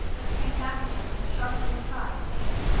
but sank back again with a sharp little cry of pain.